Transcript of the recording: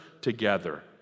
together